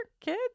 kids